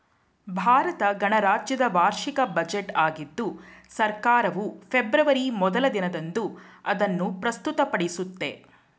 ಭಾರತ ಗಣರಾಜ್ಯದ ವಾರ್ಷಿಕ ಬಜೆಟ್ ಆಗಿದ್ದು ಸರ್ಕಾರವು ಫೆಬ್ರವರಿ ಮೊದ್ಲ ದಿನದಂದು ಅದನ್ನು ಪ್ರಸ್ತುತಪಡಿಸುತ್ತೆ